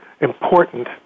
important